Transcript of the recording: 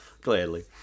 Gladly